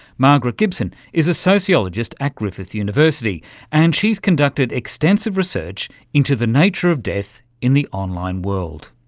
margaret gibson is a sociologist at griffith university and she has conducted extensive research into the nature of death in the online world.